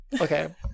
Okay